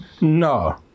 No